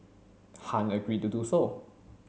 Han agreed to do so